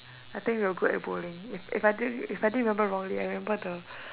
I think we were good at bowling if I didn't if I didn't remember wrongly I remember the